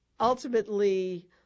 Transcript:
ultimately –